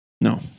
No